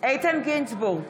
איתן גינזבורג,